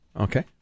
Okay